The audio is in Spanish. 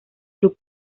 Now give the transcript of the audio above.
club